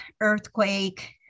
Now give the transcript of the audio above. earthquake